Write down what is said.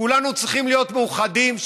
כולנו צריכים להיות מאוחדים,